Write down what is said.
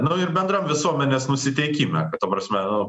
nu ir bendram visuomenės nusiteikime kad ta prasme nu